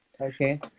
okay